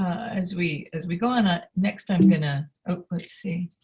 as we as we go on ah next i'm going to oh, let's see.